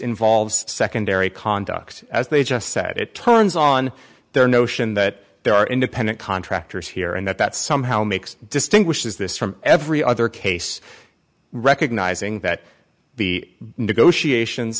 involves secondary conduct as they just said it turns on their notion that there are independent contractors here and that that somehow makes distinguishes this from every other case recognizing that the negotiations